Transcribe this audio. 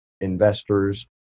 investors